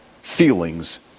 feelings